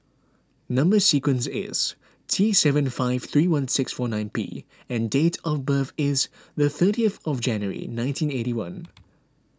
Number Sequence is T seven five three one six four nine P and date of birth is the thirtieth of January nineteen eighty one